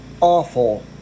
awful